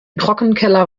trockenkeller